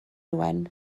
owen